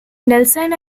nelson